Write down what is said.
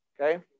Okay